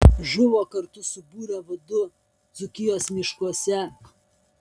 žuvo kartu su būrio vadu dzūkijos miškuose